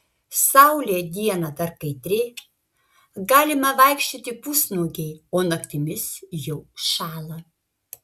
saulė dieną dar kaitri galime vaikščioti pusnuogiai o naktimis jau šąla